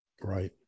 Right